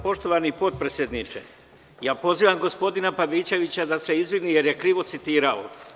Poštovani podpredsedniče, pozivam gospodina Pavićevića da se izvini, jer je krivo citirao.